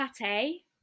pate